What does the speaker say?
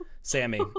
sammy